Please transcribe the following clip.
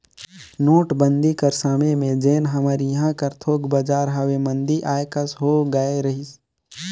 नोटबंदी कर समे में जेन हमर इहां कर थोक बजार हवे मंदी आए कस होए गए रहिस